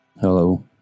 hello